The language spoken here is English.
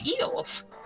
eels